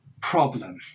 Problem